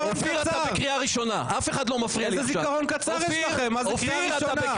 מה זה סתימת הפיות הזאת?